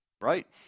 right